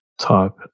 type